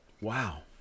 Wow